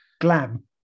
Glam